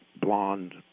blonde